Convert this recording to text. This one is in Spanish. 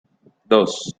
dos